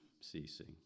ceasing